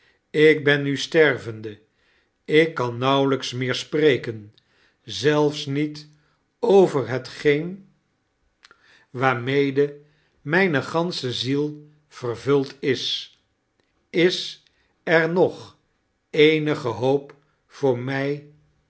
ik ben nu stervende ik kan nauwelijks meer spreken zelfs met over hetgeen waarmede mijne gansche ziel vervuld is is er nog eenige hoop voor mij